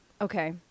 Okay